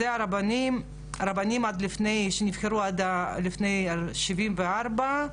הרבנים שנבחרו עד לפני 74'